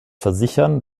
versichern